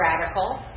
radical